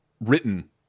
written